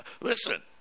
listen